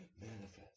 manifest